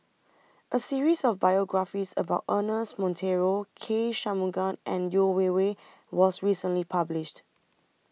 A series of biographies about Ernest Monteiro K Shanmugam and Yeo Wei Wei was recently published